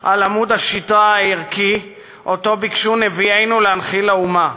על עמוד השדרה הערכי שביקשו נביאינו להנחיל לאומה.